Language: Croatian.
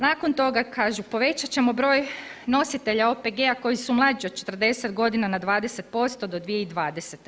Nakon toga kažu povećat ćemo broj nositelja OPG-a koji su mlađi od 40 g. na 20% do 2020.